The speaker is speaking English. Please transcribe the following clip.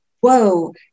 whoa